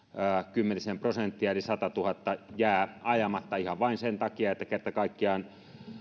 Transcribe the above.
kymmenisen prosenttia eli satatuhatta jää ajamatta ihan vain sen takia että kerta kaikkiaan